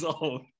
old